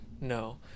No